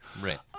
Right